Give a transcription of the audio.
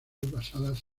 basadas